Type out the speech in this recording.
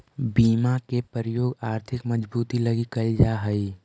बीमा के प्रयोग आर्थिक मजबूती लगी कैल जा हई